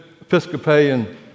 Episcopalian